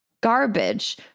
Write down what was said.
garbage